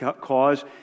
cause